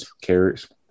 Carrots